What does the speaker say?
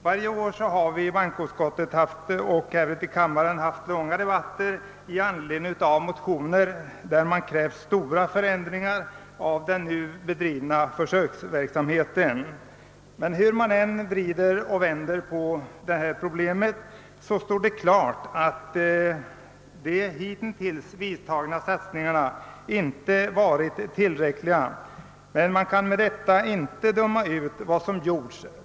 Varje år har vi i bankoutskottet och här i kammaren haft långa debatter i anledning av motioner där det krävts stora förändringar av den nu bedrivna försöksverksamheten. Hur man än vrider och vänder på detta problem, står det klart att de hitintills vidtagna satsningarna inte varit tillräckliga. Men man kan med detta inte döma ut vad som gjorts.